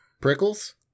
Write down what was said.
Prickles